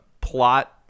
plot